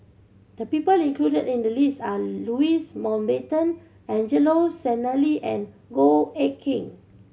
the people included in the list are Louis Mountbatten Angelo Sanelli and Goh Eck Kheng